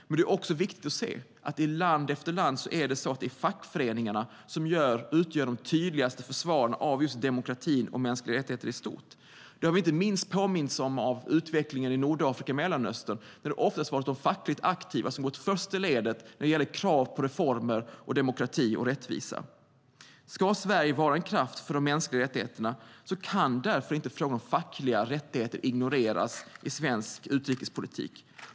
Men det är också viktigt att se att i land efter land är det fackföreningarna som utgör de tydligaste försvararna av just demokrati och mänskliga rättigheter i stort. Det har vi inte minst påmints om av utvecklingen i Nordafrika och Mellanöstern. Där har det oftast varit de fackligt aktiva som har gått först i ledet när det gäller krav på reformer, demokrati och rättvisa. Ska Sverige vara en kraft för de mänskliga rättigheterna kan därför inte frågan om fackliga rättigheter ignoreras i svensk utrikespolitik.